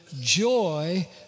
joy